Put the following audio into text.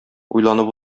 уйланып